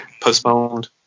postponed